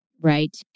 Right